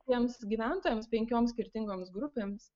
tiems gyventojams penkioms skirtingoms grupėms